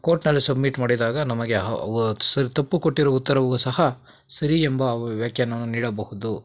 ಕೋರ್ಟ್ನಲ್ಲಿ ಸಬ್ಮಿಟ್ ಮಾಡಿದಾಗ ನಮಗೆ ವ ಸರಿ ತಪ್ಪು ಕೊಟ್ಟಿರುವ ಉತ್ತರವು ಸಹ ಸರಿ ಎಂಬ ವ್ಯಾಖ್ಯಾನವನ್ನು ನೀಡಬಹುದು